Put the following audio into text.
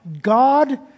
God